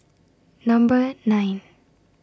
Number nine